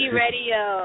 radio